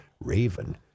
Raven